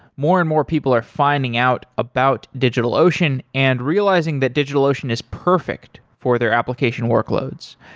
more and more people are finding out about digitalocean and realizing that digitalocean is perfect for their application workloads.